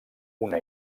una